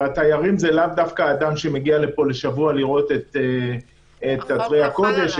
והתיירים זה לאו דווקא אדם שמגיע לפה לשבוע לראות את אתרי הקודש,